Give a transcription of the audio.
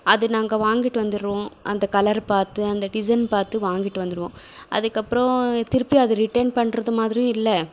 அது நாங்கள் வாங்கிட்டு வந்துருவோம் அந்த கலரு பார்த்து அந்த டிசைன் பார்த்து வாங்கிட்டு வந்துருவோம் அதுக்கப்றோம் திருப்பியும் அது ரிட்டன் பண்ணுறது மாதிரியும் இல்லை